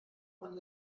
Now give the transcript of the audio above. man